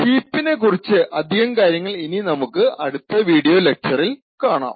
ഹീപ്പിനെ കുറിച്ച് അധികം കാര്യങ്ങൾ ഇനി നമുക്ക് അടുത്ത വീഡിയോ ലെക്ച്ചറിൽ കാണാം